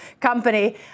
company